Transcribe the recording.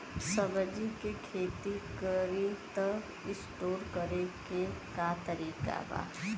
सब्जी के खेती करी त स्टोर करे के का तरीका बा?